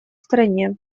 стране